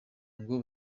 ngo